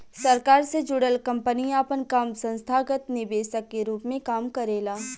सरकार से जुड़ल कंपनी आपन काम संस्थागत निवेशक के रूप में काम करेला